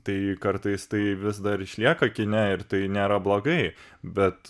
tai kartais tai vis dar išlieka kine ir tai nėra blogai bet